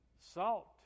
salt